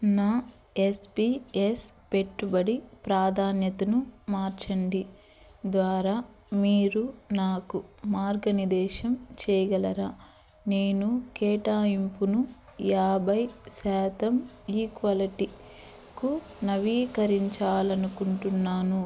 నా S P S పెట్టుబడి ప్రాధాన్యతను మార్చండి ద్వారా మీరు నాకు మార్గనిర్దేశం చెయ్యగలరా నేను కేటాయింపును యాభై శాతం ఈక్విటీకు నవీకరించాలనుకుంటున్నాను